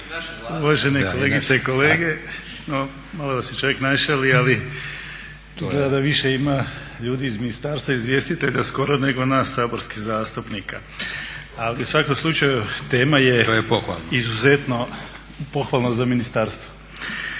Uvažene kolegice i kolege, malo da se čovjek našali ali izgleda da više ima ljudi iz ministarstva, izvjestitelja skoro nego nas saborskih zastupnika. Ali u svakom slučaju … …/Upadica